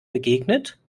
begegnet